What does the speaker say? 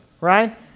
right